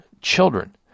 children